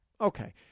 Okay